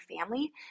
family